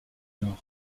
nord